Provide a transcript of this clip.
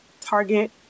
Target